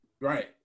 Right